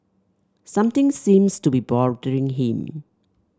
something seems to be bothering him